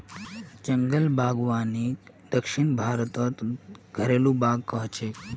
जंगल बागवानीक दक्षिण भारतत घरेलु बाग़ कह छे